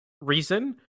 reason